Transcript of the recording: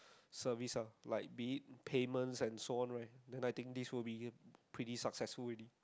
service lah like being payment and so on right then I think this would be pretty successful already